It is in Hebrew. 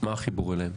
מה החיבור אליהם?